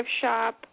shop